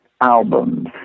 albums